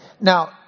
Now